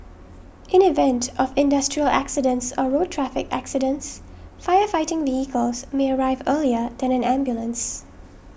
in event of industrial accidents or road traffic accidents fire fighting vehicles may arrive earlier than an ambulance